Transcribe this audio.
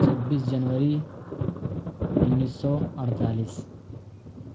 چھبیس جنوری انیس سو اڑتالیس